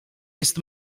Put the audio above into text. jest